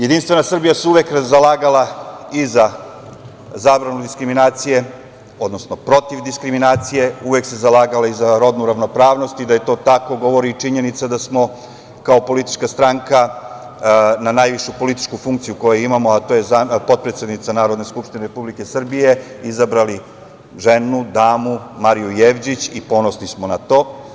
Jedinstvena Srbija se uvek zalagala i za zabranu diskriminacije, odnosno protiv diskriminacije, uvek se zalagala i za rodnu ravnopravnost, i da je to tako, govori i činjenica da smo kao politička stranka na najvišu političku funkciju koju imamo, a to je potpredsednica Narodne Skupštine Republike Srbije, izabrali ženu, damu, Mariju Jevđić, i ponosni smo na to.